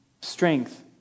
strength